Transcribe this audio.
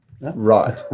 Right